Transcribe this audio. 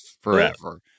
forever